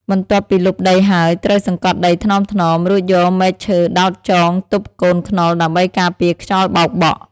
បន្ទាប់ពីលុបដីហើយ ត្រូវសង្កត់ដីថ្នមៗ រួចយកមែកឈើដោតចងទប់កូនខ្នុរដើម្បីការពារខ្យល់បោកបក់។